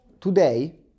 Today